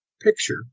picture